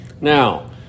Now